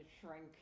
shrink